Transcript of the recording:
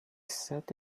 set